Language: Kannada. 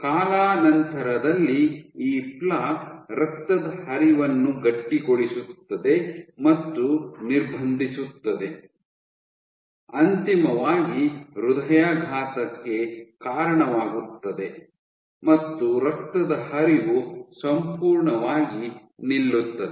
ಕಾಲಾನಂತರದಲ್ಲಿ ಈ ಪ್ಲೇಕ್ ರಕ್ತದ ಹರಿವನ್ನು ಗಟ್ಟಿಗೊಳಿಸುತ್ತದೆ ಮತ್ತು ನಿರ್ಬಂಧಿಸುತ್ತದೆ ಅಂತಿಮವಾಗಿ ಹೃದಯಾಘಾತಕ್ಕೆ ಕಾರಣವಾಗುತ್ತದೆ ಮತ್ತು ರಕ್ತದ ಹರಿವು ಸಂಪೂರ್ಣವಾಗಿ ನಿಲ್ಲುತ್ತದೆ